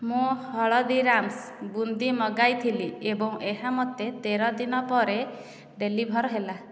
ମୁଁ ହାଲଦିରାମ୍ସ ବୁନ୍ଦି ମଗାଇଥିଲି ଏବଂ ଏହା ମୋତେ ତେର ଦିନ ପରେ ଡେଲିଭର୍ ହେଲା